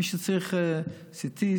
מי שצריך CT,